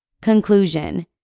Conclusion